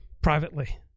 privately